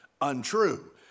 untrue